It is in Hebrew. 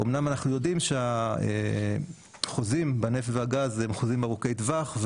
אומנם אנחנו יודעים שהחוזים בנפט ובגז הם חוזים ארוכי טווח,